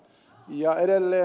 ja edelleen